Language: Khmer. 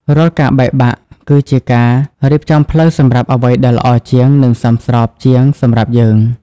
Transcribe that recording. រាល់ការបែកបាក់ គឺជាការរៀបចំផ្លូវសម្រាប់អ្វីដែលល្អជាង និងសមស្របជាងសម្រាប់យើង។